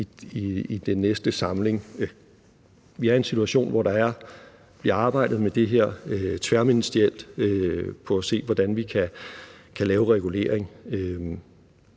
i den næste samling. Vi er i en situation, hvor der bliver arbejdet med det her tværministerielt for at se på, hvordan vi kan lave reguleringen.